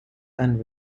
and